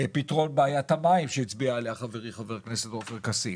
פתרון בעיית המים שהצביע עליה חברי חבר הכנסת עופר כסיף,